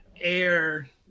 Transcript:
air